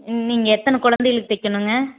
நீங்கள் எத்தனை குழந்தைகளுக்குத் தைக்கணுங்க